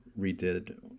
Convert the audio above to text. redid